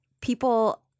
people